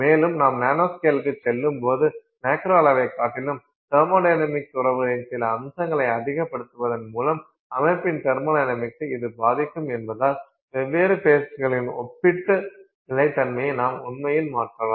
மேலும் நாம் நானோஸ்கேலுக்குச் செல்லும்போது மேக்ரோ அளவைக் காட்டிலும் தெர்மொடைனமிக்ஸ் உறவுகளின் சில அம்சங்களை அதிகப்படுத்துவதன் மூலம் அமைப்பின் தெர்மொடைனமிக்ஸை இது பாதிக்கும் என்பதால் வெவ்வேறு ஃபேஸ்களின் ஒப்பீட்டு நிலைத்தன்மையை நாம் உண்மையில் மாற்றலாம்